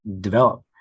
develop